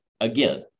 Again